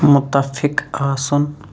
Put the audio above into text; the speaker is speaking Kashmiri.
مُتَفِق آسُن